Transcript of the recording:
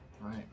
Right